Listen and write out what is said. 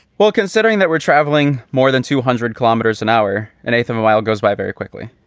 well, considering that we're travelling more than two hundred kilometres an hour, an eighth of a while goes by very quickly.